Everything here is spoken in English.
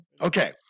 Okay